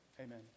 amen